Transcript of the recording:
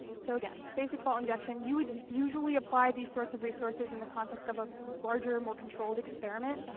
so again, basic fault injection, you would usually apply these sorts of resources in the context of a larger, more controlled experiment.